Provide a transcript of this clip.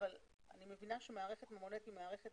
אני מבינה שמערכת ממונה היא מערכת